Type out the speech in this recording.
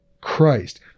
Christ